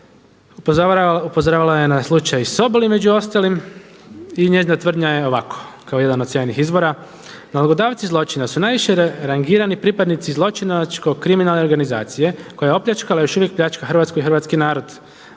upozoravala je na slučaj Soboli među ostalim, i njezina tvrdnja je ovako kao jedan od sjajnih izvora „Nalogodavci zločina su najviše rangirani pripadnici zločinačko kriminalne organizacije koja je opljačkala i još uvijek pljačka Hrvatsku i hrvatski narod,